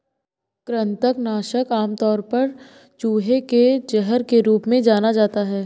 कृंतक नाशक आमतौर पर चूहे के जहर के रूप में जाना जाता है